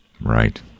Right